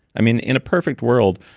i mean, in a perfect world,